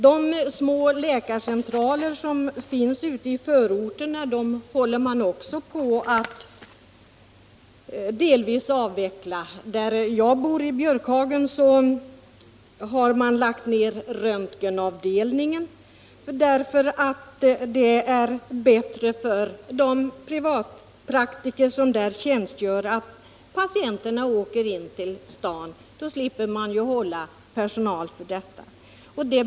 De små läkarcentralerna ute i förorterna är man också i färd med att delvis avveckla. I Björkhagen, där jag bor, har man lagt ned röntgenavdelningen, därför att det är bättre för de privatpraktiker som tjänstgör där att patienterna åker in till staden — därmed behöver man inte hålla personal för det här ändamålet.